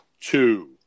two